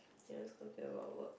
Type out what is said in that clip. ya let's continue with our work